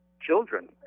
children